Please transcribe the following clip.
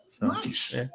Nice